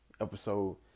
episode